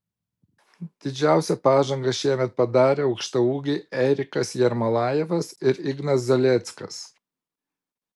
didžiausią pažangą šiemet padarė aukštaūgiai erikas jermolajevas ir ignas zalieckas